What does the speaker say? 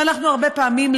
ואנחנו הרבה פעמים,